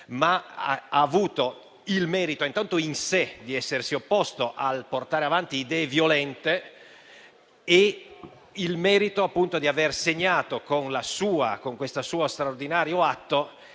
- ha avuto il merito intanto di essersi opposto al fatto di portare avanti idee violente e il merito di aver segnato con quel suo straordinario atto